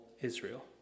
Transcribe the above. Israel